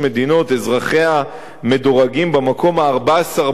אזרחיה מדורגים במקום ה-14 בעולם,